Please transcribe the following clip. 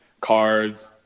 cards